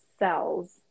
cells